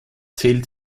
zählt